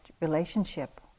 relationship